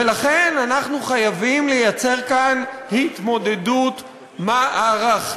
ולכן אנחנו חייבים לייצר כאן התמודדות מערכתית.